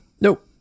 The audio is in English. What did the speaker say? Nope